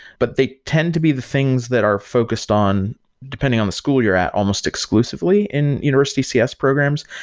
but the tend to be the things that are focused on depending on the school you're at almost exclusively in university cs programs.